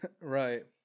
Right